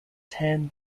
ten